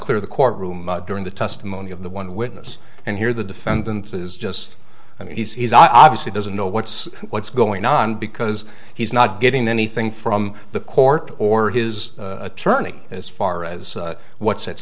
clear the court room during the testimony of the one witness and hear the defendant is just i mean he's obviously doesn't know what's what's going on because he's not getting anything from the court or his attorney as far as what's at